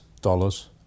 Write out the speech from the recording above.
dollars